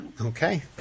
Okay